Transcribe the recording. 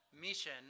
mission